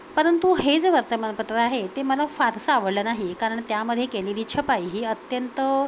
परंतु हे जे वर्तमानपत्र आहे ते मला फारसं आवडलं नाही कारण त्यामध्ये केलेली छपाई ही अत्यंत